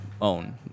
own